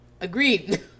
Agreed